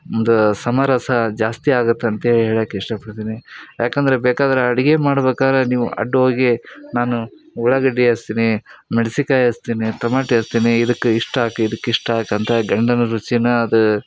ಒಂದು ಸಮರಸ ಜಾಸ್ತಿ ಆಗುತ್ತಂತೇ ಹೇಳಕ್ಕೆ ಇಷ್ಟಪಡ್ತೀನಿ ಏಕಂದ್ರೆ ಬೇಕಾದರೆ ಅಡುಗೆ ಮಾಡ್ಬೇಕಾದ್ರೆ ನೀವು ಅಡ್ಡ ಹೋಗೀ ನಾನು ಉಳ್ಳಾಗಡ್ಡೆ ಅಸ್ತೀನಿ ಮೆಣ್ಸಿಕಾಯಿ ಅಸ್ತೀನಿ ಟೊಮಾಟೆ ಅಸ್ತೀನಿ ಇದಕ್ಕೆ ಇಷ್ಟು ಹಾಕಿ ಇದಕ್ಕೆ ಇಷ್ಟು ಹಾಕ್ ಅಂತ ಗಂಡನ ರುಚೀನ ಅದು